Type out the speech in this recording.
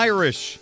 Irish